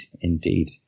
Indeed